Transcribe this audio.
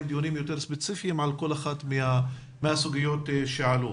דיונים יותר ספציפיים על כל אחת מהסוגיות שעלו.